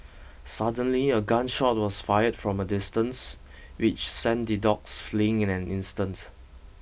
suddenly a gun shot was fired from a distance which sent the dogs fleeing in an instant